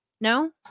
No